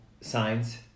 signs